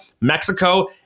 Mexico